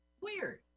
Weird